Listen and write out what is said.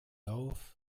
auf